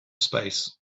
space